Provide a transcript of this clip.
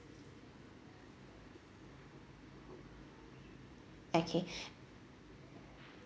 okay